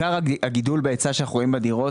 לעיקר הגידול בהיצע שאנחנו רואים בדירות.